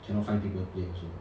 cannot find people to play also